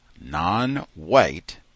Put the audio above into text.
non-white